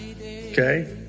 okay